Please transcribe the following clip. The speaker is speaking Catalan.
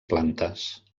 plantes